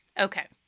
Okay